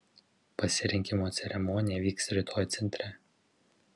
pasirinkimo ceremonija vyks rytoj centre